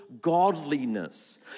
godliness